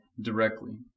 directly